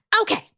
Okay